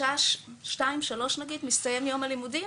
בשעה שתיים-שלוש נגיד מסתיים יום הלימודים,